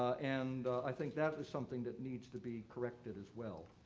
and i think that is something that needs to be corrected as well.